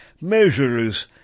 measures